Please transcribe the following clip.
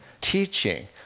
teaching